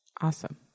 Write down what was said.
Awesome